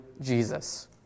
Jesus